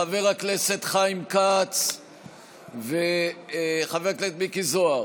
חבר הכנסת חיים כץ וחבר הכנסת מיקי זוהר,